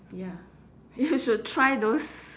ya you should try those